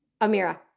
Amira